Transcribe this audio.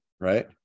right